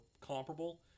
comparable